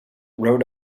rhode